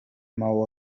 mało